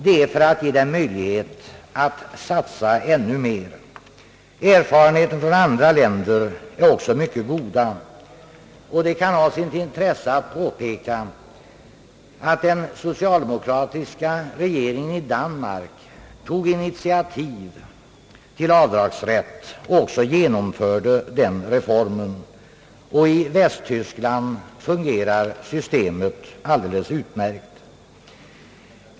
Det är för att ge dem möjlighet att satsa ännu mer. Erfarenheterna från andra länder är också mycket goda. Det kan ha sitt intresse att påpeka att en socialdemokratisk regering i Danmark tog initiativ till införandet av avdragsrätt och även genomförde den reformen. I Västtyskland fungerar systemet alldeles utmärkt.